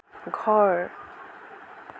ঘৰ